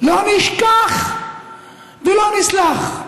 לא נשכח ולא נסלח.